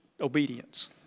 obedience